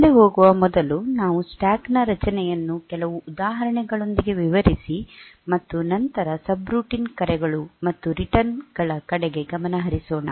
ಮುಂದೆ ಹೋಗುವ ಮೊದಲು ನಾವು ಸ್ಟ್ಯಾಕ್ ರಚನೆಯನ್ನು ಕೆಲವು ಉದಾಹರಣೆಗಳೊಂದಿಗೆ ವಿವರಿಸಿ ಮತ್ತು ನಂತರ ಸಬ್ರುಟೀನ್ ಕರೆಗಳು ಮತ್ತು ರಿಟರ್ನ್ ಗಳ ಕಡೆಗೆ ಗಮನ ಹರಿಸೋಣ